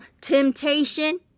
temptation